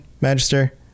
magister